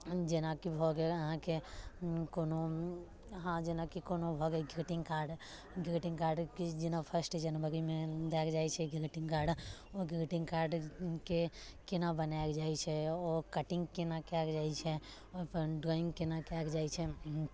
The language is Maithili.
जेना कि भऽ गेल अहाँकेँ कोनो अहाँ जेना कि कोनो भऽ गेल ग्रीटिंग कार्ड ग्रीटिंग कार्ड किछु दिना जेना फर्स्ट जनवरीमे देल जाइत छै ग्रीटिंग कार्ड ओहि ग्रीटिंग कार्डके केना बनाएल जाइत छै ओ कटिङ्ग केना कयल जाइत छै ओहि पर ड्रॉइङ्ग केना कयल जाइत छै